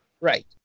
right